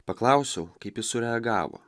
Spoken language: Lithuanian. paklausiau kaip jis sureagavo